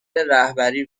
رهبری